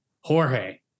Jorge